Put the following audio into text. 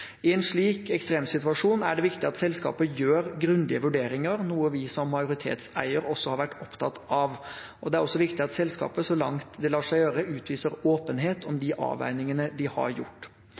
I en slik ekstremsituasjon er det viktig at selskapet gjør grundige vurderinger, noe vi som majoritetseier også har vært opptatt av. Det er også viktig at selskapet, så langt det lar seg gjøre, utviser åpenhet om de avveiningene de har gjort.